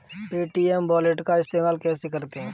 Paytm wallet का इस्तेमाल कैसे करते हैं?